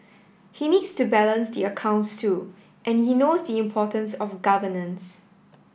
he needs to balance the accounts too and he knows the importance of governance